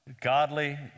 godly